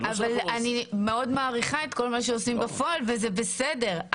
אני מאוד מעריכה את כל מה שעושים בפועל וזה בסדר,